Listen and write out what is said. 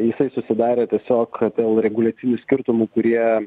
jisai susidarė tiesiog dėl reguliacinių skirtumų kurie